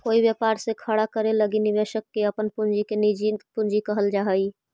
कोई व्यापार के खड़ा करे लगी निवेशक के अपन पूंजी के निजी पूंजी कहल जा हई